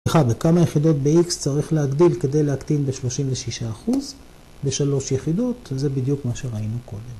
בכמה יחידות ב-x צריך להגדיל כדי להקטין ב-36% בשלוש יחידות? זה בדיוק מה שראינו קודם.